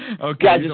Okay